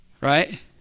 Right